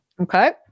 Okay